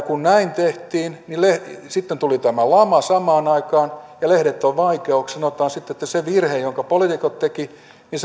kun näin tehtiin niin sitten tuli tämä lama samaan aikaan ja lehdet ovat vaikeuksissa sanotaan sitten että se virhe jonka poliitikot tekivät